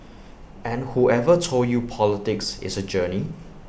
and whoever told you politics is A journey